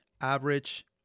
average